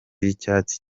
y’icyatsi